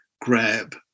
grab